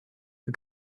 who